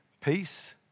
peace